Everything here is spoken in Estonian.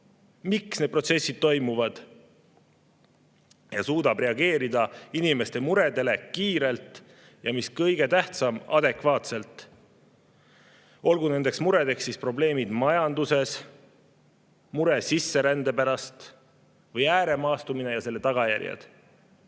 miks need protsessid toimuvad, ja suudab reageerida inimeste muredele kiirelt, ja mis kõige tähtsam – adekvaatselt. Olgu nendeks muredeks probleemid majanduses, mure sisserände pärast või ääremaastumine ja selle tagajärjed.